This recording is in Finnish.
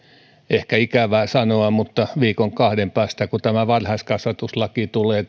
ehkä ikävää sanoa mutta viikon kahden päästä kun varhaiskasvatuslaki tulee